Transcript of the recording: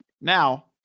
Now